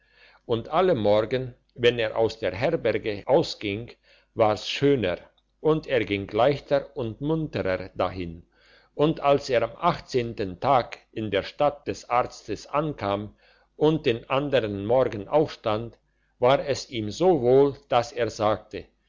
und alle morgen wenn er aus der herberge ausging war's schöner und er ging leichter und munterer dahin und als er am achtzehnten tage in der stadt des arztes ankam und den anderen morgen aufstand war es ihm so wohl daß er sagte